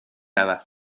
رود